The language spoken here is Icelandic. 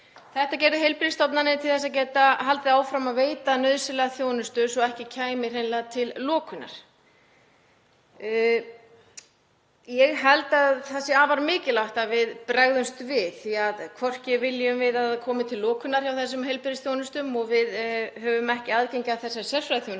Þetta gerðu heilbrigðisstofnanir til að geta haldið áfram að veita nauðsynlega þjónustu svo að ekki kæmi hreinlega til lokunar. Ég held að það sé afar mikilvægt að við bregðumst við. Hvorki viljum við að það komi til lokunar í þessari heilbrigðisþjónustu og við höfum ekki aðgengi að þessari sérfræðiþjónustu